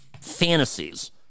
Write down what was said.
fantasies